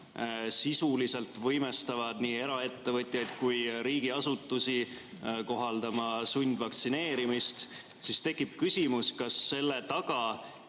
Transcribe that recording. sisuliselt võimestavad nii eraettevõtjaid kui ka riigiasutusi kohaldama sundvaktsineerimist, siis tekib küsimus, kas selle taga